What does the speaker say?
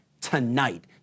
tonight